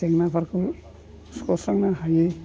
जेंनाफोरखौ सुस्रांनो हायो